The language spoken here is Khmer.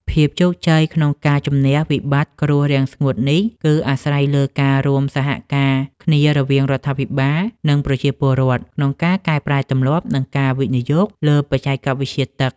ភាពជោគជ័យក្នុងការជម្នះវិបត្តិគ្រោះរាំងស្ងួតនេះ គឺអាស្រ័យលើការរួមសហការគ្នារវាងរដ្ឋាភិបាល និងប្រជាពលរដ្ឋ ក្នុងការកែប្រែទម្លាប់ និងការវិនិយោគលើបច្ចេកវិទ្យាទឹក។